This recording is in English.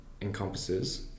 encompasses